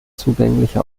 zugängliche